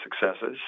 successes